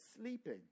sleeping